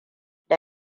da